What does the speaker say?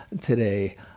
today